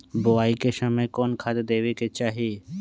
बोआई के समय कौन खाद देवे के चाही?